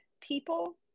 people